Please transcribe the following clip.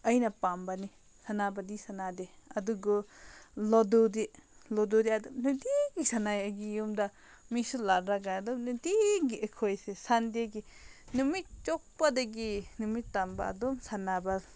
ꯑꯩꯅ ꯄꯥꯝꯕꯅꯤ ꯁꯅꯥꯕꯗꯤ ꯁꯥꯟꯅꯗꯦ ꯑꯗꯨꯨ ꯂꯣꯗꯨꯗꯤ ꯂꯣꯗꯨꯗꯤ ꯑꯗꯨꯝ ꯅꯨꯡꯇꯤꯒꯤ ꯁꯥꯟꯅꯩ ꯑꯩꯒꯤ ꯌꯨꯝꯗ ꯃꯤꯁꯨ ꯂꯥꯛꯂꯒ ꯑꯗꯨꯝ ꯅꯨꯡꯇꯤꯒꯤ ꯑꯩꯈꯣꯏꯁꯦ ꯁꯟꯗꯦꯒꯤ ꯅꯨꯃꯤꯠ ꯆꯨꯞꯄꯗꯒꯤ ꯅꯨꯃꯤꯠ ꯇꯥꯕ ꯑꯗꯨꯝ ꯁꯥꯟꯅꯕ